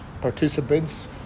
participants